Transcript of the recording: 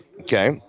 okay